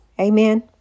Amen